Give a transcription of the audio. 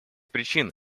причин